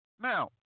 Now